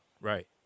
Right